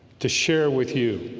to share with you